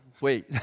wait